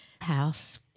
house